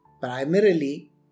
Primarily